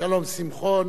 שלום שמחון